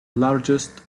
largest